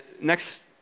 Next